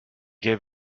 gave